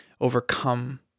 overcome